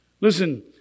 Listen